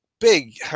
big